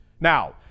Now